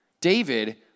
David